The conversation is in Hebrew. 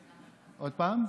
עוד פעם?